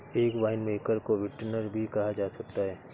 एक वाइनमेकर को विंटनर भी कहा जा सकता है